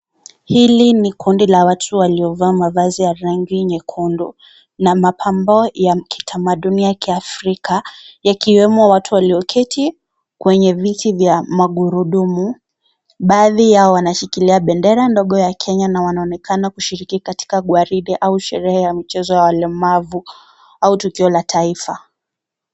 Hili ni kundi la watu waliovaa mavazi ya rangi nyekundu, na mapambo ambayo yakiwemo ya kitamaduni ya kiafrika, wakiwemo watu waluo keti, kwenye viti vya magurudumu, baathi yao wanashikilia bendera ndogo ya Kenya na wanaonekana kushiriki gwaride au sherehe ya mchezo wa walemavu, au tukio la taifa.